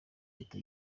ahita